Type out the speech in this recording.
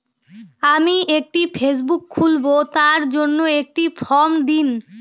আমি একটি ফেসবুক খুলব তার জন্য একটি ফ্রম দিন?